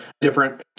different